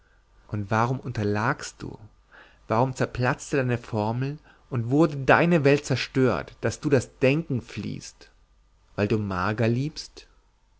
und warum unterlagst du warum zerplatzte deine formel und wurde deine welt zerstört daß du das denken fliehst weil du marga liebst